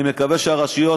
אני מקווה שהרשויות,